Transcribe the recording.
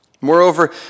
Moreover